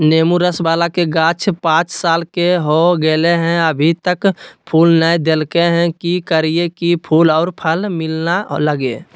नेंबू रस बाला के गाछ पांच साल के हो गेलै हैं अभी तक फूल नय देलके है, की करियय की फूल और फल मिलना लगे?